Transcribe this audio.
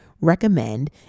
recommend